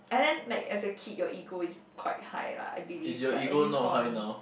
and then like as a kid your ego is quite high lah I believe like at least for me